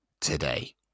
today